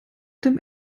dem